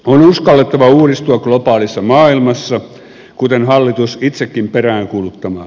on uskallettava uudistua globaalissa maailmassa kuten hallitus itsekin peräänkuuluttaa